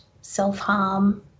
self-harm